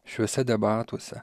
šiuose debatuose